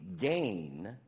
gain